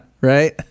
right